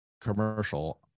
commercial